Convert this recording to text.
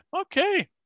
okay